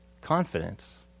confidence